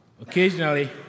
Occasionally